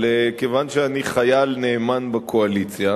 אבל כיוון שאני חייל נאמן בקואליציה